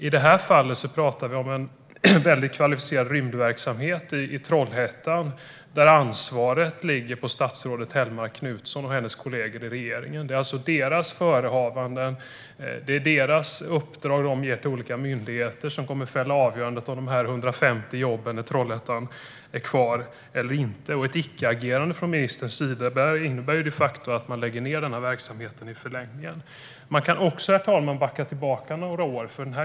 I detta fall talar vi om en väldigt kvalificerad rymdverksamhet i Trollhättan, där ansvaret ligger på statsrådet Hellmark Knutsson och hennes kollegor i regeringen. Det är alltså deras förehavanden och de uppdrag de ger till olika myndigheter som kommer att fälla avgörandet om de 150 jobben i Trollhättan blir kvar eller inte. Ett icke-agerande från ministerns sida innebär de facto att man i förlängningen lägger ned verksamheten. Man kan också backa några år, herr talman.